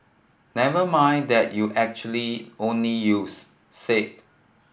never mind that you actually only use said